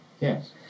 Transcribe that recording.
Yes